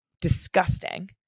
Disgusting